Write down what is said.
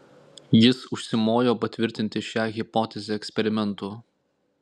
jis užsimojo patvirtinti šią hipotezę eksperimentu